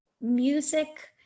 music